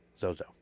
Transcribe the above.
Zozo